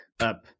up